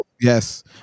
yes